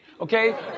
okay